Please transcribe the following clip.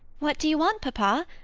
what do you want, papa?